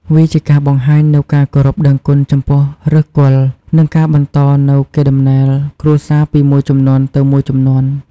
វាជាការបង្ហាញនូវការគោរពដឹងគុណចំពោះឫសគល់ និងការបន្តនូវកេរដំណែលគ្រួសារពីមួយជំនាន់ទៅមួយជំនាន់។